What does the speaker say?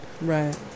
Right